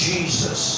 Jesus